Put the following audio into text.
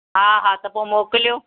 हा हा त पोइ मोकिलियो